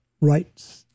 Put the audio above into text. rights